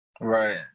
Right